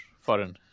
foreign